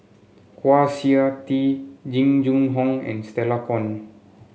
Kwa Siew Tee Jing Jun Hong and Stella Kon